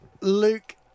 Luke